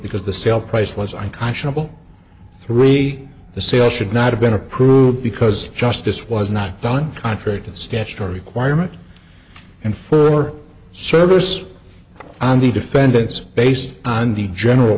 because the sale price was i conscionable three the sale should not have been approved because justice was not done contrary to the statutory requirement and further service on the defendants based on the general